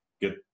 get